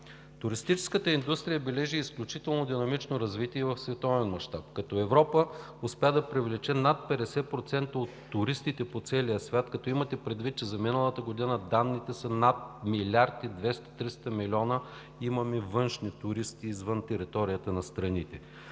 Туристическата индустрия бележи изключително динамично развитие в световен мащаб, като Европа успя да привлече над 50% от туристите по целия свят, като имате предвид, че за миналата година данните са за над 1 млрд. 200 – 1 млрд. 300 милиона имаме външни туристи, извън територията на страните.